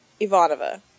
Ivanova